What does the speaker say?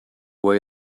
way